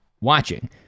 watching